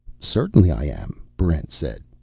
certainly i am, barrent said.